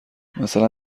مثلا